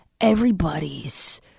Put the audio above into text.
Everybody's